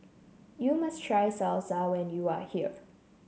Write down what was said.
you must try Salsa when you are here